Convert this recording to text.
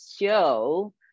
show